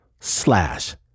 slash